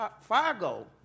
Fargo